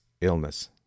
illness